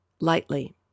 lightly